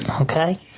Okay